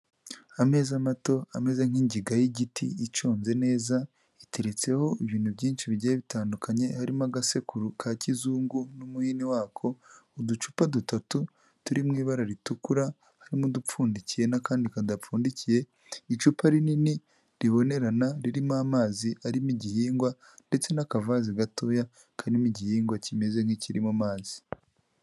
Ameza mato ameze nk'ingiga y'igiti iconze neza, iteretseho ibintu byinshi bigiye bitandukanye harimo agasekuru ka kizungu n'umuhini wako, uducupa dutatu turi mu ibara ritukura, harimo udupfundikiye n'akandi kadapfundikiye, icupa rinini ribonerana ririmo amazi arimo igihingwa, ndetse n'akavazi gatoya karimo igihingwa kimeze nk'ikiri mu mazi.